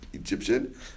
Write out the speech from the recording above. Egyptian